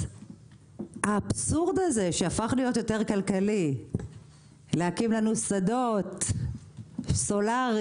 האבסורד הזה שהפך להיות יותר כלכלי להקים לנו שדות סולאריים,